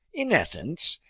in essence,